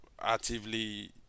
actively